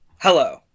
Hello